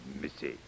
Missy